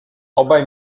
obaj